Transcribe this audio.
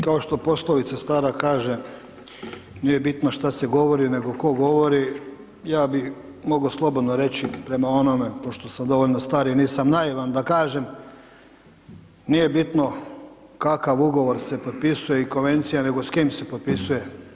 Kao što poslovica star kaže, nije bitno šta se govori, nego tko govori, ja bi mogao slobodno reći, prema onome, pošto sam dovoljno star i nisam naivan, da kažem, nije bitno kakav ugovor se potpisuje i konvencija, nego s kim se potpisuje.